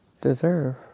deserve